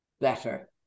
better